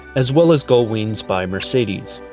as well as gullwings by mercedes.